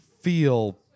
feel